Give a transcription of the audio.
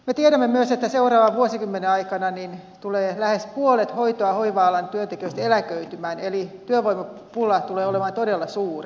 me tiedämme myös että seuraavan vuosikymmenen aikana tulee lähes puolet hoito ja hoiva alan työtekijöistä eläköitymään eli työvoimapula tulee olemaan todella suuri